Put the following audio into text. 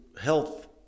health